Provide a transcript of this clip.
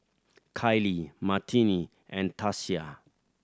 Kylie Martine and Tasia